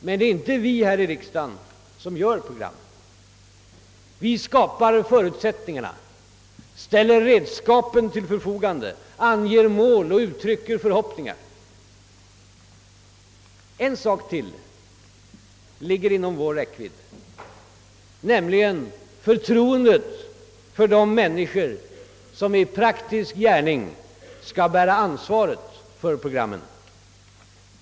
Men det är inte vi här i riksdagen som gör programmen. Vi skapar förutsättningarna — ställer redskapen till förfogande, anger mål, uttrycker förhoppningar. Och en sak till ligger inom vår räckvidd, nämligen förtroendet för de människor som i praktisk gärning skall bära ansvaret för programmen.